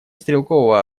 стрелкового